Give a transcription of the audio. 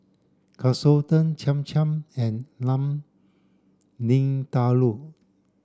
Katsudon Cham Cham and Lamb Vindaloo